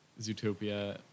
Zootopia